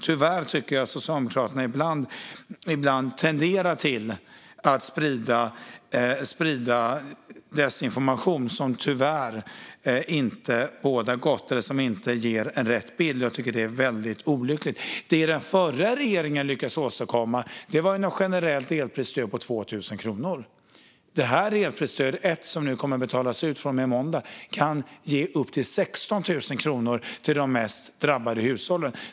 Tyvärr tycker jag att Socialdemokraterna ibland tenderar att sprida desinformation, eller information som inte ger rätt bild. Jag tycker att detta är väldigt olyckligt. Det som den förra regeringen lyckades åstadkomma var ett generellt elprisstöd på 2 000 kronor. Elprisstöd 1, som kommer att betalas ut från och med måndag, kan ge upp till 16 000 kronor till de mest drabbade hushållen.